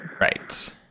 right